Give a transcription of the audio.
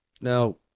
Now